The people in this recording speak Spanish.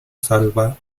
salva